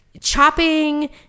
Chopping